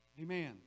Amen